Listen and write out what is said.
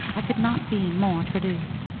i could not be more traduced.